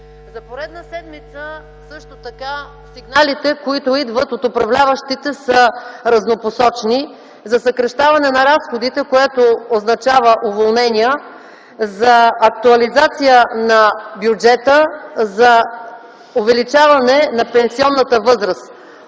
За поредна седмица също така сигналите, които идват от управляващите, са разнопосочни – за съкращаване на разходите, което означава уволнения, за актуализация на бюджета, за увеличаване на пенсионната възраст.